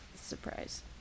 Surprise